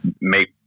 make